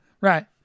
Right